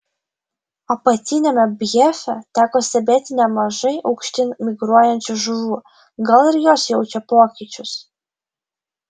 apatiniame bjefe teko stebėti nemažai aukštyn migruojančių žuvų gal ir jos jaučia pokyčius